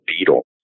Beetle